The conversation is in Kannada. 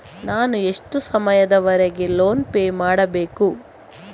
ನಾನು ಎಷ್ಟು ಸಮಯದವರೆಗೆ ಲೋನ್ ಪೇ ಮಾಡಬೇಕು?